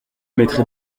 mettrez